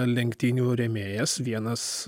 lenktynių rėmėjas vienas